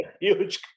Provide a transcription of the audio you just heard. huge